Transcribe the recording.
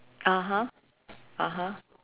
(uh huh) (uh huh)